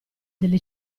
delle